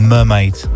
Mermaid